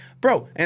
Bro